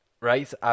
right